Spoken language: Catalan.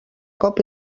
cop